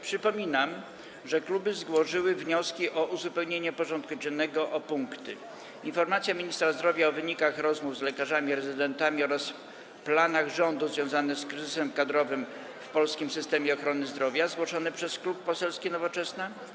Przypominam, że kluby złożyły wnioski o uzupełnienie porządku dziennego o punkty: - Informacja ministra zdrowia o wynikach rozmów z lekarzami rezydentami oraz planach rządu związanych z kryzysem kadrowym w polskim systemie ochrony zdrowia, zgłoszony przez Klub Poselski Nowoczesna,